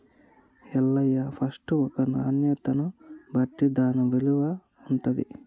Ellaiah first ఒక నాణ్యతను బట్టి దాన్న విలువ ఉంటుంది